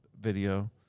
video